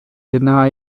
jedná